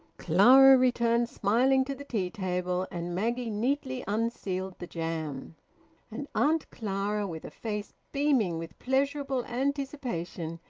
clara returned smiling to the tea-table, and maggie neatly unsealed the jam and auntie clara, with a face beaming with pleasurable anticipation,